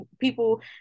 people